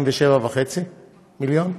27.5 מיליון,